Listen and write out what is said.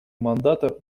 мандата